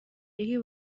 یکی